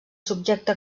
subjecte